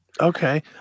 Okay